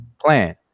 plan